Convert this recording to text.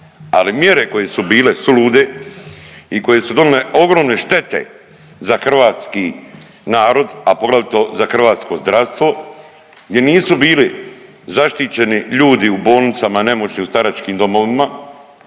ali mjere koje su bile sulude i koje su donijele ogromne štete za hrvatski narod, a poglavito za hrvatsko zdravstvo, gdje nisu bili zaštićeni ljudi u bolnicama, nemoćni u staračkim domovima,